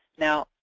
now,